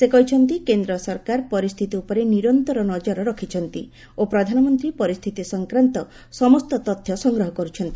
ସେ କହିଛନ୍ତି କେନ୍ଦ୍ର ସରକାର ପରିସ୍ଥିତି ଉପରେ ନିରନ୍ତର ନଜର ରଖିଛନ୍ତି ଓ ପ୍ରଧାନମନ୍ତ୍ରୀ ପରିସ୍ଥିତି ସଂକ୍ରାନ୍ତ ସମସ୍ତ ତଥ୍ୟ ସଂଗ୍ରହ କରୁଛନ୍ତି